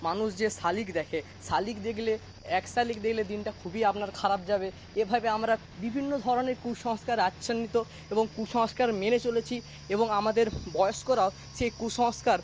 মানুষ যে শালিখ দেখে শালিখ দেখলে এক শালিখ দেখলে দিনটা খুবই আপনার খারাপ যাবে এভাবে আমরা বিভিন্ন ধরনের কুসংস্কার আচ্ছান্নিত এবং কুসংস্কার মেনে চলেছি এবং আমাদের বয়স্করাও সেই কুসংস্কার